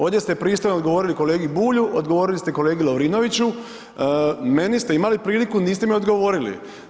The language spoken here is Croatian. Ovdje se pristojno odgovorili kolegi Bulju, odgovorili ste kolegi Lovrinoviću, meni ste imali priliku, niste mi odgovorili.